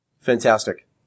fantastic